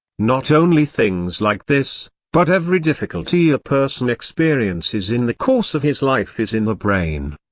not only things like this, but every difficulty a person experiences in the course of his life is in the brain.